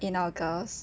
in august